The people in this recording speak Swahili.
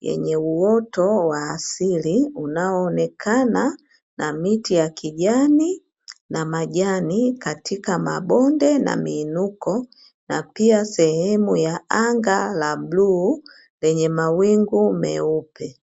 yenye uoto wa asili unaoonekana na miti ya kijani na majani katika mabonde na miinuko, na pia sehemu ya anga la bluu lenye mawingu meupe.